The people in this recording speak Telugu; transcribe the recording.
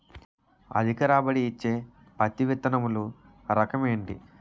అధిక రాబడి ఇచ్చే పత్తి విత్తనములు రకం ఏంటి?